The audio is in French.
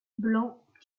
blanc